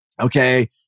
okay